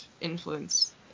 influence